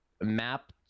map